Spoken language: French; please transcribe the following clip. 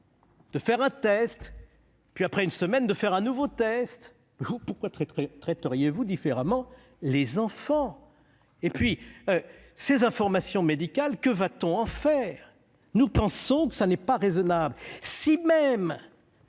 de faire un premier test puis, après une semaine, d'en faire un second. Pourquoi traiteriez-vous différemment les enfants ? Et puis, ces informations médicales, que va-t-on en faire ? Nous pensons que ce n'est pas raisonnable. Si encore